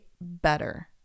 better